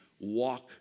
walk